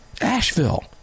Asheville